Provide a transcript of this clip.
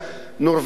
נורבגיה,